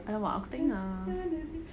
!alamak! ku tak dengar